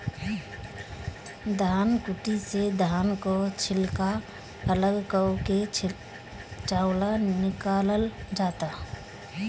धनकुट्टी से धान कअ छिलका अलग कअ के चावल निकालल जाला